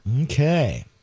Okay